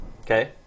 Okay